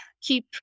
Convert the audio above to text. keep